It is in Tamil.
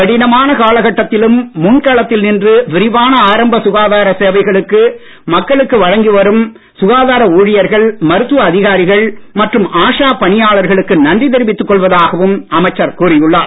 கடினமான காலகட்டத்திலும் முன்களத்தில் நின்று விரிவாள ஆரம்ப சுகாதார சேவைகளை மக்களுக்கு வழங்கி வரும் சுகாதார ஊழியர்கள் மருத்துவ அதிகாரிகள் மற்றும் ஆஷா பணியாளர்களுக்கு நன்றி தெரிவித்துக் கொள்வதாகவும் அமைச்சர் கூறியுள்ளார்